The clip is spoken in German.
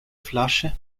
flasche